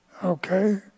Okay